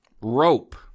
Rope